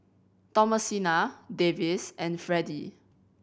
Thomasina Davis and Freddie